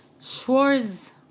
Schwarz